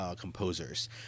composers